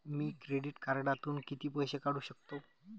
मी credit कार्डातून किती पैसे काढू शकतो?